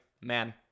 man